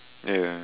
ya ya